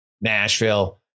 Nashville